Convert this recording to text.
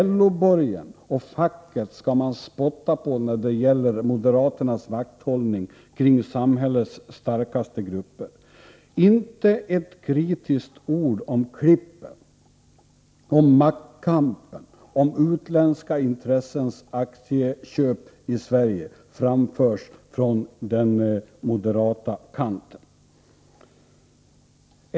”LO-borgen” och facket skall man spotta på när det gäller moderaternas vakthållning kring samhällets starkaste grupper. Inte ett kritiskt ord om ”klippen”, om maktkampen, om utländska intressens aktieköp i Sverige framförs från den moderata kanten.